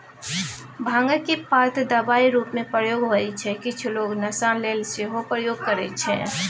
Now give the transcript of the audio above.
भांगक पात दबाइ रुपमे प्रयोग होइ छै किछ लोक नशा लेल सेहो प्रयोग करय छै